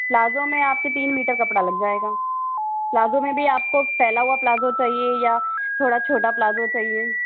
palazzo में आपके तीन मीटर कपड़ा लग जाएगा पलाज़ो में भी आपको फ़ैला हुआ पलाज़ो चाहिए या थोड़ा छोटा पलाज़ो चाहिए